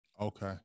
Okay